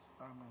Amen